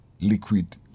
liquid